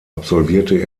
absolvierte